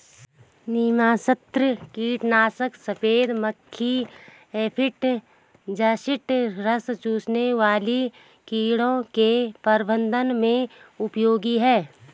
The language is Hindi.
नीमास्त्र कीटनाशक सफेद मक्खी एफिड जसीड रस चूसने वाले कीड़ों के प्रबंधन में उपयोगी है